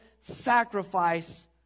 sacrifice